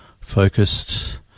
focused